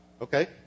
Okay